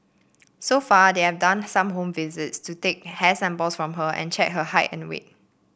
so far they've done some home visits to take hair samples from her and check her height and weight